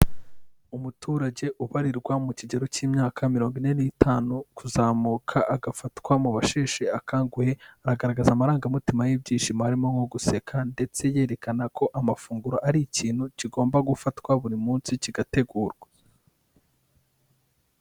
Umuturage ubarirwa mu cyigero cy'imyaka mirongo ine n'itanu kuzamuka, agafatwa mu basheshe akanguhe, aragaragaza amarangamutima y'ibyishimo harimo nko, guseka ndetse yerekana ko amafunguro ari icyintu cyigomba gufatwa buri munsi cyigategurwa.